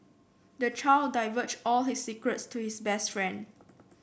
the child divulged all his secrets to his best friend